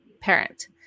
parent